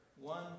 One